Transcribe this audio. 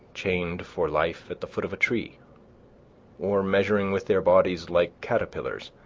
chained for life, at the foot of a tree or measuring with their bodies, like caterpillars,